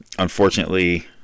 Unfortunately